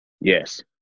Yes